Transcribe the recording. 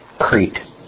Crete